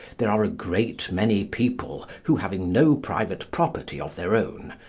there are a great many people who, having no private property of their own,